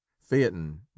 phaeton